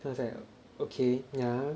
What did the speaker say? then I was like okay yeah